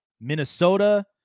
Minnesota